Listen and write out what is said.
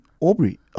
Aubrey